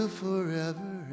forever